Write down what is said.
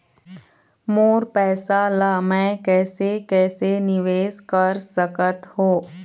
मोर पैसा ला मैं कैसे कैसे निवेश कर सकत हो?